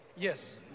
Yes